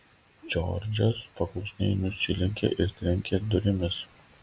džordžas paklusniai nusilenkė ir trenkė durimis